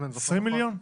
20 מיליון?